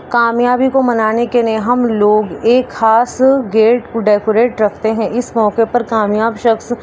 کامیابی کو منانے کے لیے ہم لوگ ایک خاص گیٹ کو ڈیکوریٹ رکھتے ہیں اس موقعے پر کامیاب شخص